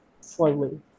slowly